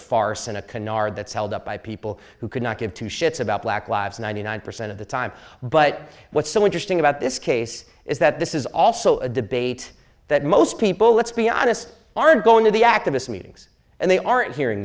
canard that's held up by people who could not give two shits about black lives ninety nine percent of the time but what's so interesting about this case is that this is also a debate that most people let's be honest are going to the activists meetings and they aren't hearing